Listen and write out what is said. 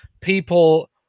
people